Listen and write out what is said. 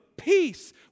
Peace